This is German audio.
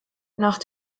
nach